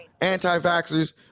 anti-vaxxers